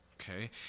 Okay